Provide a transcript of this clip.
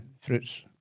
fruits